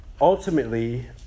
Ultimately